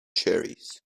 cherries